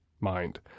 mind